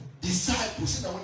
disciples